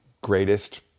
greatest